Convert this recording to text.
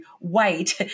wait